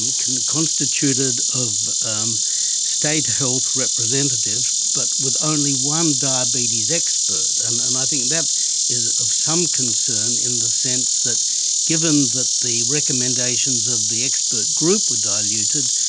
and constituted of um state health representatives, but with only one diabetes expert, and and i think that is of some concern in the sense that given that the recommendations of the expert group were diluted,